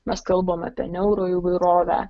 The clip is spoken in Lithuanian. mes kalbame apie niaurų įvairovę